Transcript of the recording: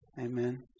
Amen